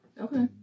Okay